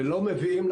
ואז אין בעיה